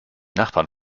nachbarn